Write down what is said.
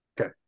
Okay